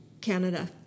Canada